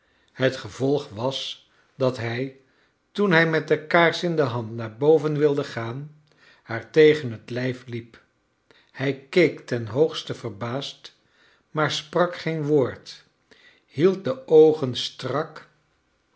het gevolg was dat hij toen hij met de kaars in de hand naar boven wilde gaan haai tegen het lijf liep hij keek ten hoogste verbaasd maar sprak geen woord hield de oogen strak